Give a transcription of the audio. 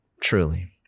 Truly